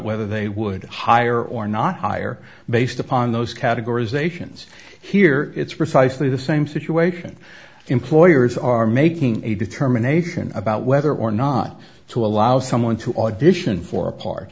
whether they would hire or not hire based upon those categories ations here it's precisely the same situation employers are making a determination about whether or not to allow someone to audition for a part